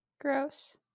Gross